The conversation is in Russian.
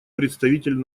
представитель